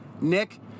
Nick